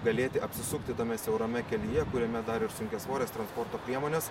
galėti apsisukti tame siaurame kelyje kuriame dar ir sunkiasvorės transporto priemonės